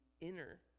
inner